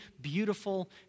beautiful